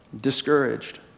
discouraged